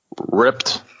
ripped